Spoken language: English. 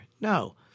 No